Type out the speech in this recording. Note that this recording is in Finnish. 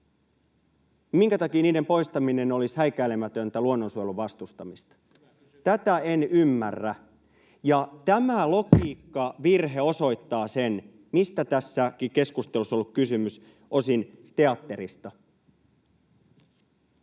informatiivisia, poistaminen olisi häikäilemätöntä luonnonsuojelun vastustamista? Tätä en ymmärrä, ja tämä logiikkavirhe osoittaa sen, mistä tässä keskustelussa on ollut kysymys: osin teatterista.